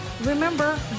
remember